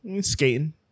Skating